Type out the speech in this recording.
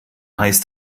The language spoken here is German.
heißt